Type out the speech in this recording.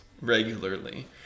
regularly